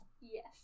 Yes